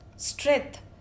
strength